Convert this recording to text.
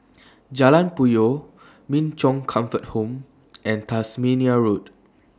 Jalan Puyoh Min Chong Comfort Home and Tasmania Road